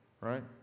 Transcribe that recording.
right